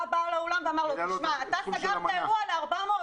בא בעל האולם ואמר: אתם סגרתם אירוע ל-400 איש.